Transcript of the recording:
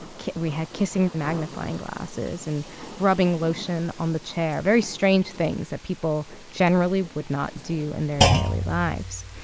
we had kissing magnifying glasses and rubbing lotion on the chair very strange things that people generally would not do in their daily lives.